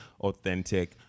authentic